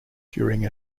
during